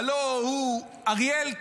הלוא הוא אריאל קלנר,